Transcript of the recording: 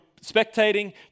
spectating